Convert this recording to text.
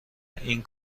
این